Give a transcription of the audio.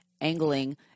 angling